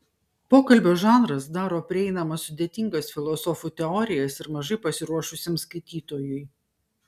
pokalbio žanras daro prieinamas sudėtingas filosofų teorijas ir mažai pasiruošusiam skaitytojui